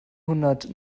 hundert